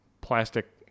plastic